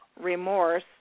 remorse